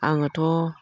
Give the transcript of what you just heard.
आङोथ'